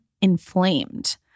inflamed